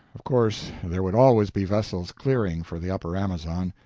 of course there would always be vessels clearing for the upper amazon.